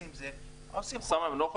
יש אולמות